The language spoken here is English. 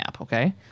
okay